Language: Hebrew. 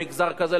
מגזר כזה,